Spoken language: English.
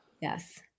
Yes